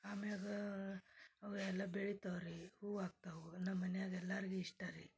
ಆಮ್ಯಾಗ ಅವು ಎಲ್ಲ ಬೆಳಿತಾವೆ ರೀ ಹೂ ಆಗ್ತಾವೆ ನಮ್ಮ ಮನ್ಯಾಗ ಎಲ್ಲರ್ಗೆ ಇಷ್ಟ ರೀ